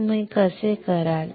तुम्ही ते कसे कराल